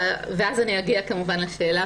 ואז אגיע לשאלה,